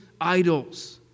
idols